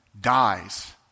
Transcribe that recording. dies